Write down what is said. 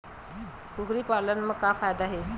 कुकरी पालन म का फ़ायदा हे?